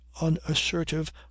unassertive